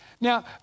Now